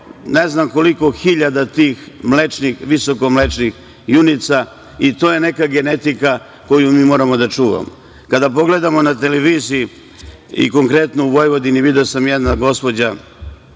ne znam koliko hiljada tih visokomlečnih junica i to je neka genetika koju mi moramo da čuvamo. Kada pogledamo na televiziji i konkretno u Vojvodini, video sam, jedna gospođa